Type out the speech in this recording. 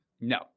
No